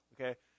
Okay